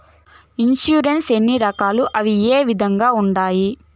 insurance ఎన్ని రకాలు అవి ఏ విధంగా ఉండాయి